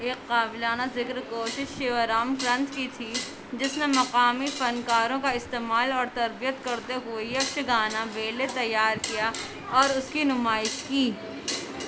ایک قابلانہ ذکر کوشش شیورام گرنتھ کی تھی جس نے مقامی فنکاروں کا استعمال اور تربیت کرتے ہوئے یکش گانا بیلے تیار کیا اور اس کی نمائش کی